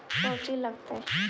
कौची लगतय?